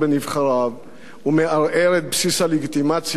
ומערער את בסיס הלגיטימציה של כנסת זו.